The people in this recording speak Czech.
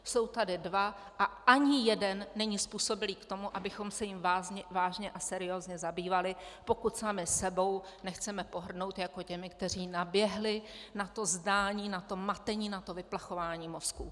Jsou tady dva a ani jeden není způsobilý k tomu, abychom se jím vážně a seriózně zabývali, pokud sami sebou nechceme pohrdnout, jako těmi, kteří naběhli na to zdání, na to matení, na to vyplachování mozků.